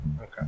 Okay